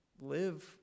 live